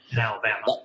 Alabama